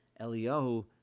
Eliyahu